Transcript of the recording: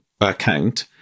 account